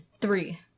three